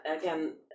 again